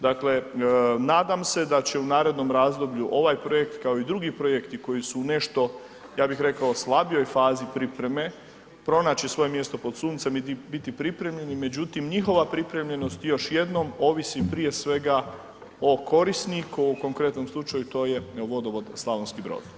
Dakle, nadam se da će u narednom razdoblju ovaj projekt, kao i drugi projekti koji su u nešto, ja bih rekao u slabijoj fazi pripreme, pronaći svoje mjesto pod suncem i biti pripremljen i međutim, njihova pripremljenost još jednom ovisi prije svega o korisniku, u ovom konkretnom slučaju to je Vodovod Slavonski Brod.